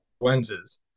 lenses